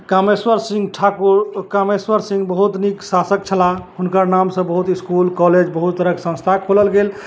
कामेश्वर सिंह ठाकुर कामेश्वर सिंह बहुत नीक शासक छलाह हुनकर नामसँ बहुत इसकुल कॉलेज बहुत तरहक संस्था खोलल गेल